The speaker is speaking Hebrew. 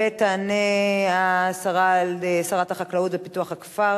ותענה שרת החקלאות ופיתוח הכפר,